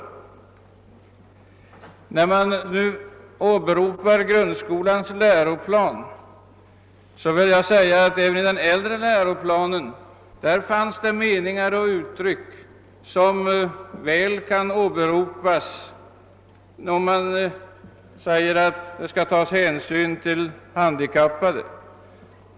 Grundskolans läroplan har som sagts åberopats, och jag vill i detta sammanhang framhålla att det i den äldre läroplanen fanns meningar och uttryck som väl kan åberopas då man säger att det skall tas hänsyn till handikappade.